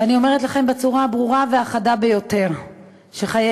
ואני אומרת לכם בצורה הברורה והחדה ביותר שחייהם